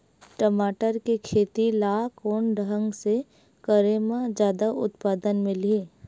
टमाटर के खेती ला कोन ढंग से करे म जादा उत्पादन मिलही?